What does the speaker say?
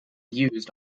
used